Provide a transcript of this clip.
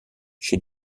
chez